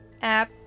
app